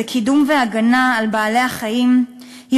בפעילותה לקידום והגנה על זכויות בעלי-החיים היא